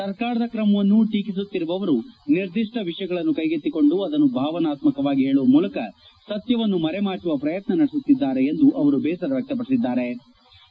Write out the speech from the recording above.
ಸರ್ಕಾರದ ಕ್ರಮವನ್ನು ಟೀಕಿಸುತ್ತಿರುವವರು ನಿರ್ದಿಷ್ಟ ವಿಷಯಗಳನ್ನು ಕೈಗೆಕ್ತಿಕೊಂಡು ಅದನ್ನು ಭಾವನಾತ್ಕಕವಾಗಿ ಹೇಳುವ ಮೂಲಕ ಸತ್ಯವನ್ನು ಮರೆಮಾಚುವ ಪ್ರಯತ್ವ ನಡೆಸುತ್ನಿದ್ಗಾರೆ ಎಂದು ಅವರು ಬೇಸರ ವ್ಯಕ್ಷಪಡಿಸಿದ್ಗಾರೆ